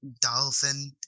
Dolphin